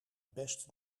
best